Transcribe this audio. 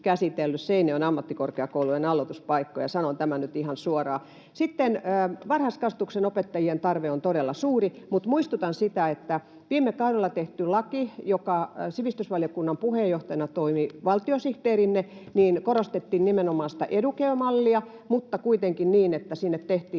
Seinäjoen ammattikorkeakoulun aloituspaikkoja. Sanon tämän nyt ihan suoraan. Varhaiskasvatuksen opettajien tarve on todella suuri. Mutta muistutan siitä, että kun viime kaudella tehtiin laki — sivistysvaliokunnan puheenjohtajana toimi valtiosihteerinne — korostettiin nimenomaan sitä educare-mallia mutta kuitenkin niin, että sinne tehtiin